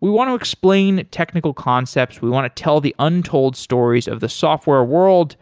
we want to explain technical concepts. we want to tell the untold stories of the software world